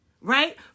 right